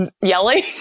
yelling